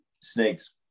snakes